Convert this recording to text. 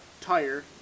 tire